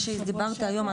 מה שדיברת היום,